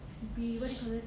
be what you call it